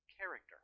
character